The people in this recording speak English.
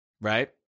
Right